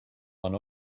one